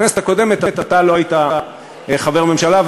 בכנסת הקודמת אתה לא היית חבר ממשלה,